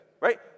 right